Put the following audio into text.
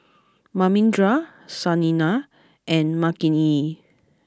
Manindra Saina and Makineni